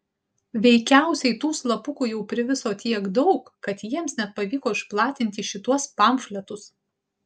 veikiausiai tų slapukų jau priviso tiek daug kad jiems net pavyko išplatinti šituos pamfletus